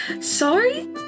Sorry